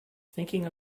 thinking